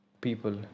people